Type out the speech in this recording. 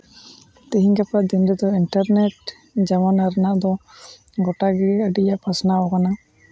ᱛᱮᱦᱮᱧ ᱜᱟᱯᱟ ᱫᱩᱱᱭᱟᱹ ᱫᱚ ᱤᱱᱴᱟᱨᱱᱮᱹᱴ ᱡᱟᱢᱟᱱᱟ ᱨᱮᱱᱟᱜ ᱫᱚ ᱜᱚᱴᱟ ᱜᱮ ᱟᱹᱰᱤ ᱯᱟᱥᱱᱟᱣ ᱠᱟᱱᱟ